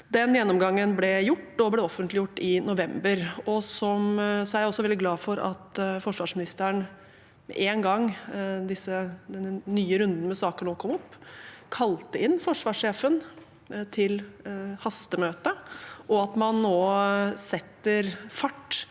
Den gjennomgangen ble gjort, og ble offentliggjort i november. Jeg er også veldig glad for at forsvarsministeren med en gang disse nye rundene med saker nå kom opp, kalte inn forsvarssjefen til hastemøte, og at man nå setter fart